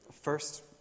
First